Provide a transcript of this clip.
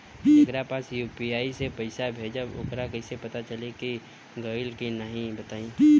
जेकरा पास यू.पी.आई से पईसा भेजब वोकरा कईसे पता चली कि गइल की ना बताई?